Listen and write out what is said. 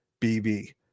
BB